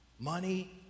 Money